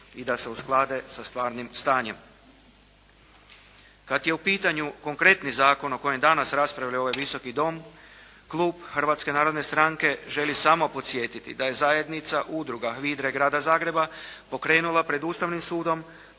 i da se usklade sa stvarnim stanjem. Kada je u pitanju konkretni zakon o kojem danas raspravlja ovaj Visoki dom, klub Hrvatske narodne stranke želi samo podsjetiti da je zajednica udruga HVIDRA-e Grada Zagreba pokrenula pred Ustavnim sudom